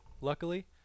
luckily